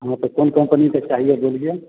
हाँ तो कौन कम्पनी का चाहिए बोलिए